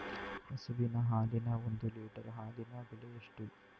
ಹಸುವಿನ ಹಾಲಿನ ಒಂದು ಲೀಟರ್ ಹಾಲಿನ ಬೆಲೆ ಎಷ್ಟು?